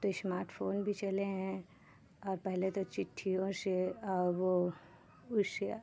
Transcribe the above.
अब तो smart phone भी चले हैं और पहले तो चिट्ठियों से और वो उससे